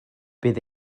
bydd